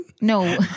No